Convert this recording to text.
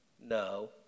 No